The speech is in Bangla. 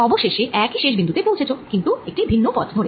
অবশেষে একই শেষ বিন্দু তে পৌঁছেছ কিন্তু একটি ভিন্ন পথ ধরে